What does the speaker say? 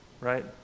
right